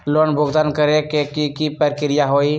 Loan भुगतान करे के की की प्रक्रिया होई?